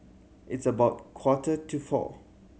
its about quarter to four